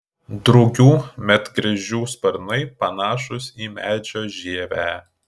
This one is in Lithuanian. drugių medgręžių sparnai panašūs į medžio žievę